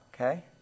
Okay